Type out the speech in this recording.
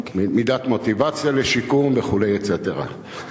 מידת מוטיבציה לשיקום וכו', etc.